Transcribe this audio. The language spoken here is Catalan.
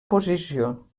posició